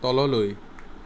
তললৈ